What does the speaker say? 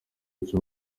cy’u